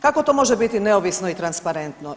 Kako to može biti neovisno i transparentno?